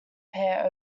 pair